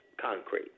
concrete